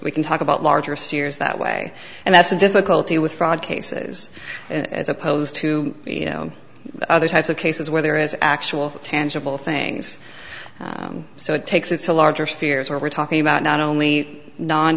we can talk about larger steers that way and that's the difficulty with fraud cases as opposed to you know other types of cases where there is actual tangible things so it takes it's a larger sphere as we're talking about not only non